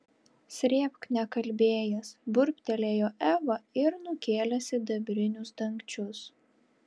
srėbk nekalbėjęs burbtelėjo eva ir nukėlė sidabrinius dangčius